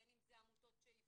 בין אם זה עמותות שהפעילו,